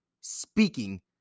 speaking